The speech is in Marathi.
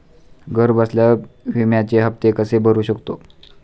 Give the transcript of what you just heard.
घरबसल्या विम्याचे हफ्ते कसे भरू शकतो?